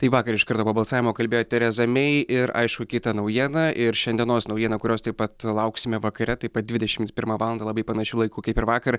taip vakar iš karto po balsavimo kalbėjo tereza mei ir aišku kita naujiena ir šiandienos naujiena kurios taip pat lauksime vakare taip pat dvidešimt pirmą valandą labai panašiu laiku kaip ir vakar